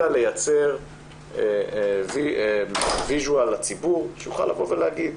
אלא לייצר ויז'ואל לציבור שהוא יוכל לבוא ולהגיד